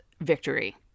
victory